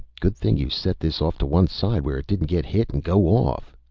good thing you set this off to one side where it didn't get hit and go off,